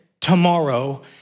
tomorrow